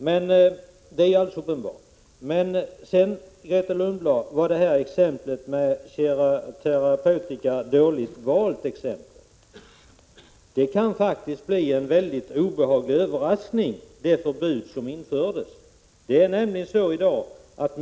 Detta är alldeles uppenbart. Exemplet med kemoterapeutika var ett dåligt valt exempel, Grethe Lundblad. Det förbud som infördes kan leda till en obehaglig överraskning.